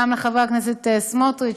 גם לחבר הכנסת סמוטריץ,